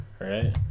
Right